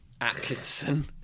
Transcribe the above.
Atkinson